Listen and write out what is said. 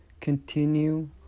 continue